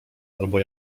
albo